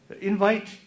invite